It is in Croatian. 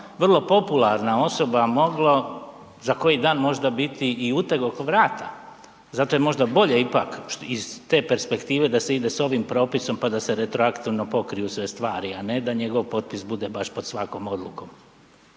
vrlo popularna osoba moglo za koji dan možda biti i uteg oko vrata. Zato je možda bolje ipak, iz te perspektive da se ide s ovim propisom pa da se retroaktivno pokriju sve stvari, a ne da njegov potpis bude baš pod svakom odlukom.